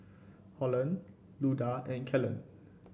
Holland Luda and Kellen